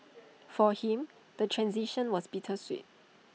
for him the transition was bittersweet